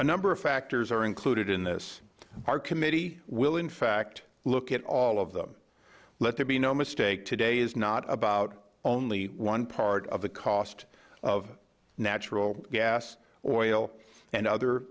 a number of factors are included in this our committee will in fact look at all of them let there be no mistake today is not about only one part of the cost of natural gas oil and other